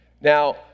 Now